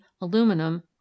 aluminum